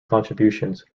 contributions